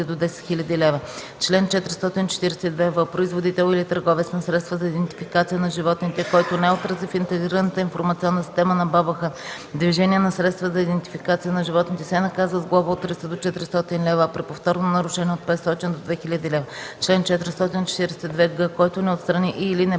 до 10 000 лв. Чл. 442в. Производител или търговец на средства за идентификация на животните, който не отрази в Интегрираната информационна система на БАБХ движение на средства за идентификация на животните, се наказва с глоба от 300 до 400 лв., а при повторно нарушение – от 500 до 2000 лв. Чл. 442г. Който не отстрани и/или не